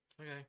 Okay